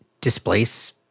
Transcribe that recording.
displace